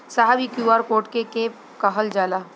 साहब इ QR code के के कहल जाला?